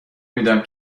میدم